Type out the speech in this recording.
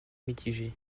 mitigée